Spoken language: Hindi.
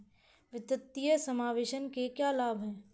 वित्तीय समावेशन के क्या लाभ हैं?